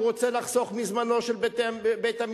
הוא רוצה לחסוך מזמנו של בית-המשפט,